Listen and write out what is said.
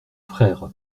frères